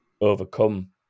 overcome